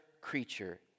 creature